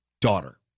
daughter